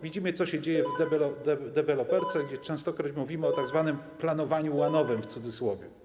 Widzimy, co się dzieje w deweloperce, w której częstokroć mówimy o tzw. planowaniu łanowym w cudzysłowie.